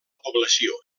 població